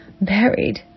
buried